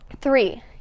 Three